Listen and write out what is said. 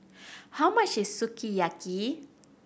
how much is Sukiyaki